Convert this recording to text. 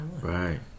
right